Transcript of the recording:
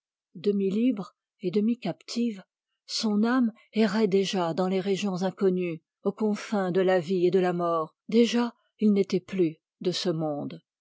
demi libre et demi captive son âme errait déjà dans les régions inconnues aux confins de la vie et de la mort déjà il n'était plus de ce monde